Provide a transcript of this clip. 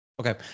Okay